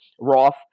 Roth